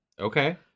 Okay